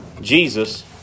Jesus